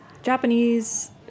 Japanese